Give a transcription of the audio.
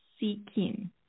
seeking